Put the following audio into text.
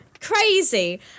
crazy